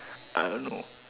I don't know